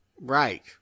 Right